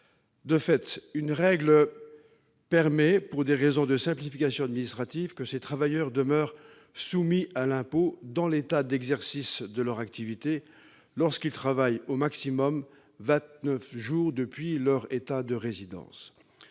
De fait, une règle permet, pour des raisons de simplification administrative, que ces travailleurs demeurent soumis à l'impôt dans l'État d'exercice de leur activité lorsqu'ils travaillent au maximum vingt-neuf jours depuis leur État de résidence.